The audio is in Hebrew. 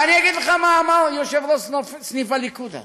אבל אני אגיד לך מה אמר יושב-ראש סניף הליכוד אז,